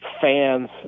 fans